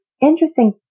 interesting